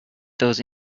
those